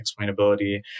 explainability